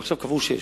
עכשיו קבעו שש.